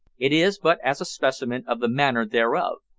it is but as a specimen of the manner thereof.